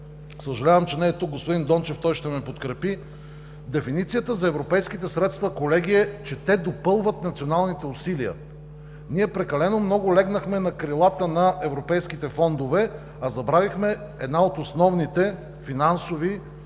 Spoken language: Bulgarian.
Съжалявам, че не е тук господин Дончев, той ще ме подкрепи. Дефиницията за европейските средства, колеги, е, че те допълват националните усилия. Ние прекалено много легнахме на крилата на европейските фондове, а забравихме една от основните във финансовия